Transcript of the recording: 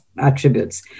attributes